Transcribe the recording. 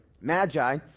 Magi